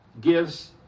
gives